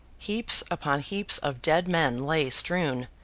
heaps upon heaps of dead men lay strewn,